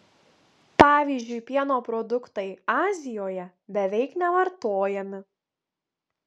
pavyzdžiui pieno produktai azijoje beveik nevartojami